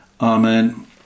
amen